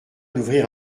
d’ouvrir